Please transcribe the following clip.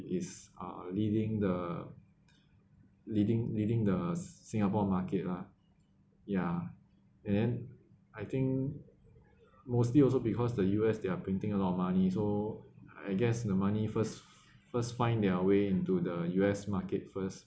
is uh leading the leading leading the singapore market lah ya and then I think mostly also because the U_S they are printing a lot of money so I guess the money first first find their way into the U_S market first